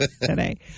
today